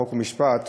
חוק ומשפט,